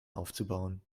aufzubauen